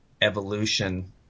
evolution